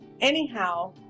Anyhow